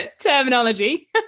terminology